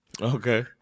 Okay